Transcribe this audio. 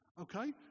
okay